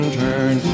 turn